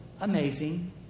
amazing